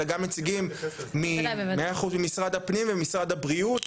אלא גם נציגים ממשרד הפנים ומשרד הבריאות,